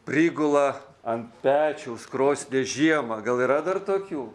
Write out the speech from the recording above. prigula ant pečiaus krosnies žiemą gal yra dar tokių